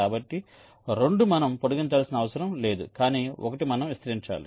కాబట్టి 2 మనం పొడిగించాల్సిన అవసరం లేదు కానీ 1 మనం విస్తరించాలి